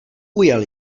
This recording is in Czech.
ujel